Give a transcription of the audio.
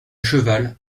cheval